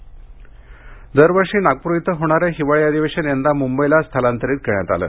नागपर करार भंग दरवर्षी नागपूर इथं होणारं हिवाळी अधिवेशन यंदा मुंबईला स्थलांतरित करण्यात आलं